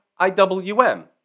IWM